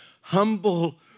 humble